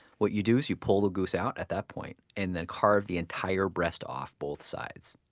what you do is you pull the goose out at that point and then carve the entire breast off both sides.